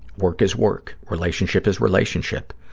work is work. relationship is relationship.